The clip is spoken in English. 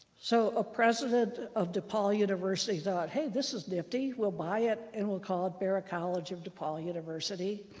so a president of depaul university thought, hey, this is nifty. we'll buy it and we'll call it barat college of depaul university.